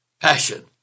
passion